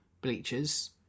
bleachers